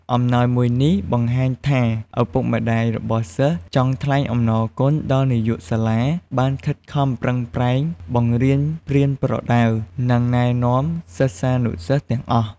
អំណោយមួយនេះបង្ហាញថា ឪពុកម្ដាយរបស់សិស្សចង់ថ្លែងអំណរគុណដែលនាយកសាលាបានខិតខំប្រឹងប្រែង បង្រៀន ប្រៀនប្រដៅ និងណែនាំសិស្សានុសិស្សទាំងអស់។